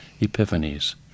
epiphanies